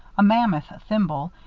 a mammoth thimble,